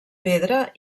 pedra